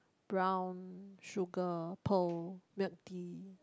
brown sugar pearl milk tea